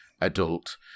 adult